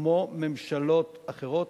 כמו ממשלות אחרות,